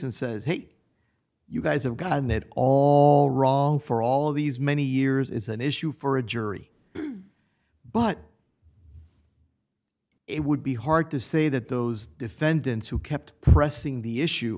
and says hey you guys have gotten it all wrong for all of these many years is an issue for a jury but it would be hard to say that those defendants who kept pressing the issue